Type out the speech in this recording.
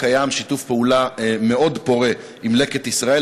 קיים שיתוף פעולה מאוד פורה עם "לקט ישראל",